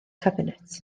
cabinet